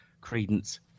Credence